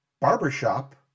Barbershop